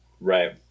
Right